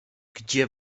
gdzie